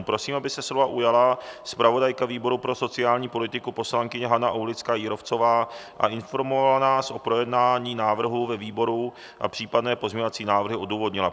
Prosím, aby se slova ujala zpravodajka výboru pro sociální politiku poslankyně Hana Aulická Jírovcová a informovala nás o projednání návrhu ve výboru a případné pozměňovací návrhy odůvodnila.